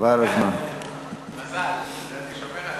מזל שאני שומר עליו.